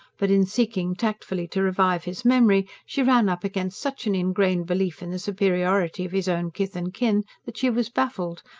but, in seeking tactfully to revive his memory, she ran up against such an ingrained belief in the superiority of his own kith and kin that she was baffled,